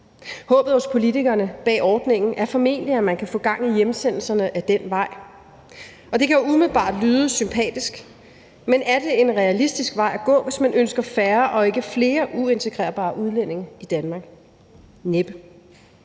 Håbet hos politikerne bag ordningen er formentlig, at man kan få gang i hjemsendelserne ad den vej, og det kan umiddelbart lyde sympatisk; men er det en realistisk vej at gå, hvis man ønsker færre og ikke flere uintegrerbare udlændinge i Danmark? Næppe.